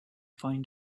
find